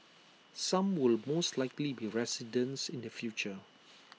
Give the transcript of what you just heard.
some will most likely be residents in the future